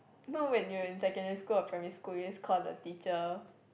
know when you're in secondary school or primary school always call the teacher